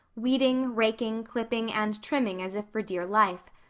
weeding, raking, clipping, and trimming as if for dear life.